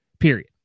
period